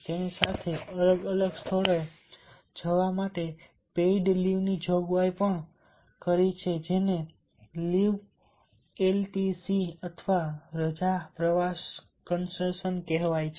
તેની સાથે અમે અલગ અલગ સ્થળોએ જવા સાથે પેઇડ લીવ ની જોગવાઈ પણ કરી છે જેને લીવ એલટીસી અથવા રજા પ્રવાસ કન્સેશન કહેવાય છે